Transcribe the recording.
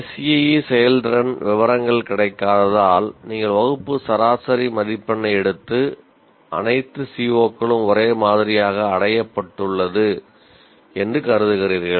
SEE செயல்திறன் விவரங்கள் கிடைக்காததால் நீங்கள் வகுப்பு சராசரி மதிப்பெண்ணை எடுத்து அனைத்து CO களும் ஒரே மாதிரியாக அடையப்பட்டது என்று கருதுகிறீர்கள்